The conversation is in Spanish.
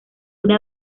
una